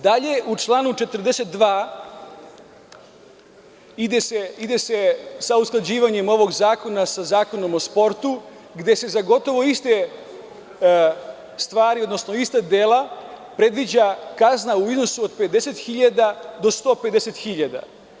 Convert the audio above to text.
Dalje, u članu 42. ide se sa usklađivanjem ovog zakona sa Zakonom o sportu gde se za gotovo iste stvari, odnosno ista dela predviđa kazna u iznosu od 50.000 do 150.000.